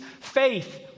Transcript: faith